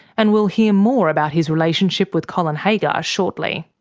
and we'll hear more about his relationship with colin haggar shortly.